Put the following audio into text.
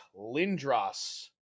Lindros